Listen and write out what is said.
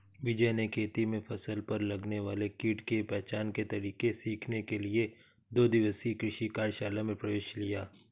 विजय ने खेती में फसल पर लगने वाले कीट के पहचान के तरीके सीखने के लिए दो दिवसीय कृषि कार्यशाला में प्रवेश लिया